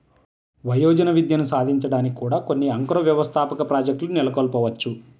వయోజన విద్యని సాధించడానికి కూడా కొన్ని అంకుర వ్యవస్థాపక ప్రాజెక్ట్లు నెలకొల్పవచ్చు